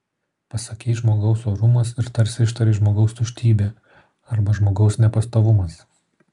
pasakei žmogaus orumas ir tarsi ištarei žmogaus tuštybė arba žmogaus nepastovumas